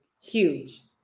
Huge